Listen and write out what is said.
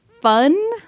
fun